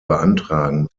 beantragen